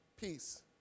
peace